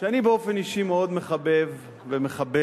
שאני באופן אישי מאוד מחבב ומכבד,